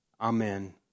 Amen